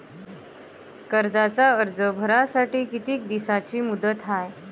कर्जाचा अर्ज भरासाठी किती दिसाची मुदत हाय?